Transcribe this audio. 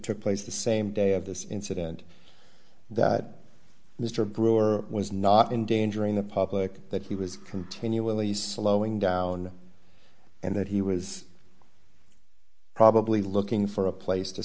took place the same day of this incident that mr brewer was not endangering the public that he was continually slowing down and that he was probably looking for a place to